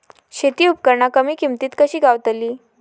शेती उपकरणा कमी किमतीत कशी गावतली?